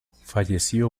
falleció